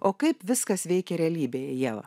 o kaip viskas veikia realybėje ieva